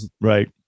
right